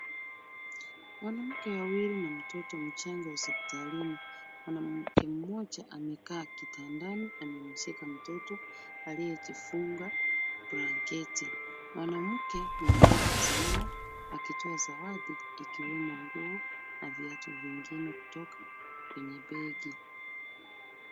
Mwanamke wawili na mtoto mchanga hospitalini. Mwanamke mmoja amekaa kitandani amemshika mtoto aliyejifunga blanketi. Mwanamke mwingine amesimama akitoa zawadi ikiwemo nguo na viatu vingine kutoka kwenye begi.